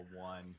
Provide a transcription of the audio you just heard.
one